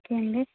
okay అండి